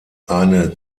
eine